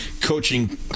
coaching